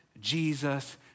Jesus